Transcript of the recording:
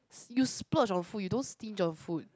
you splurge on food you don't stinge on food